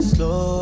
Slow